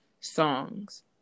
songs